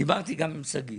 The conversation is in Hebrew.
דיברתי גם עם שגיא.